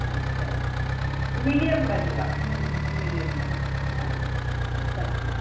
हांं चालेल मीडियम बनवा मीडियम बनवा हां चालेल